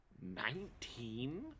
Nineteen